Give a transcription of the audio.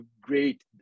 great